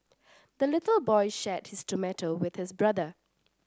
the little boy shared his tomato with his brother